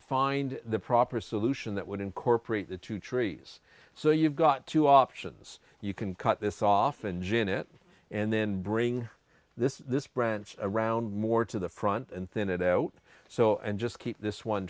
find the proper solution that would incorporate the two trees so you've got two options you can cut this off and janet and then bring this this branch around more to the front and then it out so and just keep this one